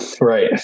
right